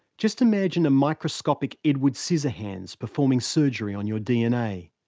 just imagine a microscopic edward scissorhands performing surgery on your dna.